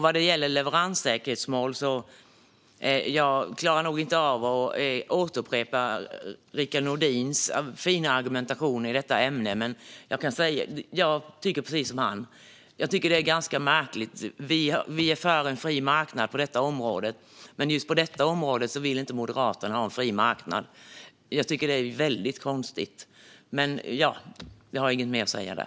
Vad gäller leveranssäkerhetsmål klarar jag nog inte av att återupprepa Rickard Nordins fina argumentation i ämnet. Men jag tycker precis som han - detta är ganska märkligt. Vi är för en fri marknad på detta område. Men just på detta område vill inte Moderaterna ha en fri marknad. Jag tycker att det är konstigt.